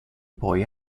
poi